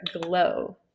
glow